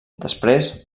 després